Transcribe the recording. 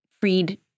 freed